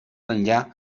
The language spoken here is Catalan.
enllà